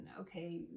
okay